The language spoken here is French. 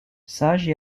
sage